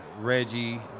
Reggie